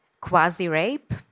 quasi-rape